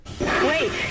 Wait